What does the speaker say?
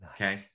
Okay